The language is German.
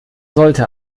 sollte